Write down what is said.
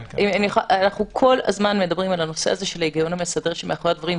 אנחנו כל הזמן מדברים על הנושא הזה של ההיגיון המסדר שמאחורי הדברים,